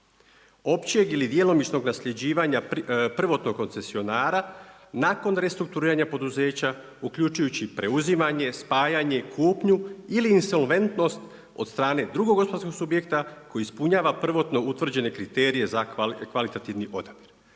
općeg ili djelomičnog nasljeđivanja prvotnog koncesionara nakon restrukturiranja poduzeća uključujući preuzimanje, spajanje, kupnju ili insolventnost od strane drugog gospodarskog subjekta koji ispunjava prvotno utvrđene kriterije za kvalitativni odabir.